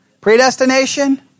predestination